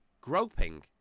groping